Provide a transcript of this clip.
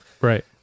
right